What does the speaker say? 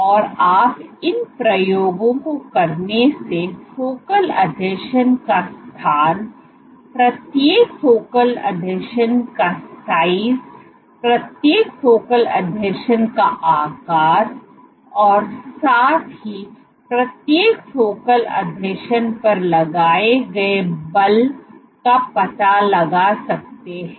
और आप इन प्रयोगों को करने से फोकल आसंजन का स्थान प्रत्येक फोकल आसंजन का साइज प्रत्येक फोकल आसंजन का आकार और साथ ही प्रत्येक फोकल आसंजन पर लगाए गए बल का पता लगा सकते हैं